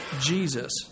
Jesus